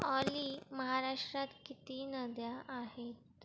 ऑली महाराष्षात किती नद्या आहेत